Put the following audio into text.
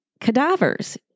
cadavers